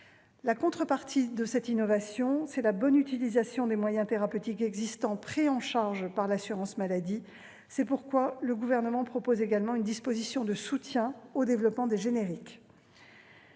La contrepartie de cette innovation est la bonne utilisation des moyens thérapeutiques existants pris en charge par l'assurance maladie. C'est pourquoi le Gouvernement propose également une disposition en vue de soutenir le développement des génériques.